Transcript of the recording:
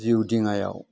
जिउ दिङायाव